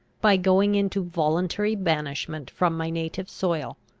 by going into voluntary banishment from my native soil.